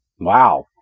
Wow